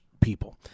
people